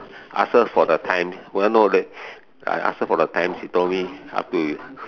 ask her for the time I ask her for the time she told me up to